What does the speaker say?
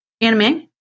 anime